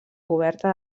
coberta